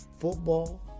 football